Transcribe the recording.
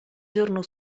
giorno